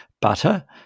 butter